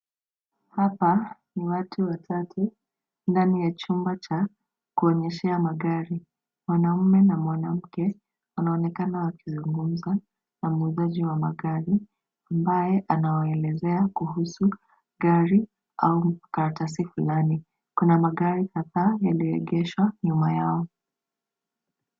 Hapa ni watu watatu ndani ya chumba cha kuonyeshea magari. Mwanaume na mwanamke wanaonekana wakizungumza na muuzaji wa magari ambaye anawaelezea kuhusu gari au karatasi fulani. Kuna magari kadhaa yaliyoegeshwa nyuma yao.